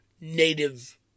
native